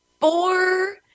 four